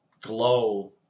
glow